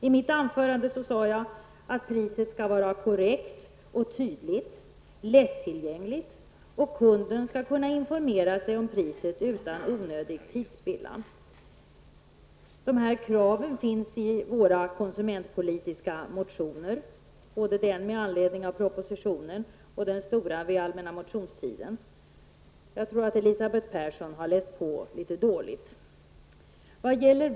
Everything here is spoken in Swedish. I mitt anförande sade jag att priset skall vara korrekt, tydligt och lättillgängligt och att kunden skall kunna informera sig om priset utan onödig tidsspillan. De kraven finns i våra konsumentpolitiska motioner, både den med anledning av propositionen och den stora som väcktes under allmänna motionstiden. Jag tror att Elisabeth Persson har läst på litet dåligt.